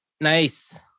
nice